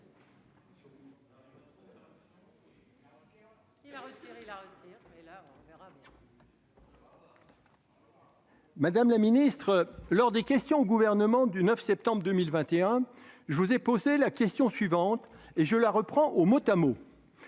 Madame la ministre, lors des questions au Gouvernement du 9 septembre 2021, je vous ai posé la question suivante, que je reprends mot pour mot.